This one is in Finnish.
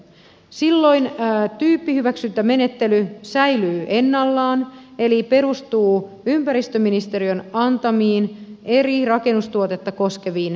silloin tyyppihyväksyntämenettely säilyy ennallaan eli perustuu ympäristöministeriön antamiin eri rakennustuotetta koskeviin asetuksiin